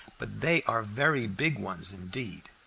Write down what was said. but they are very big ones indeed.